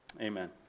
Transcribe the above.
Amen